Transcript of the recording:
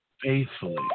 Faithfully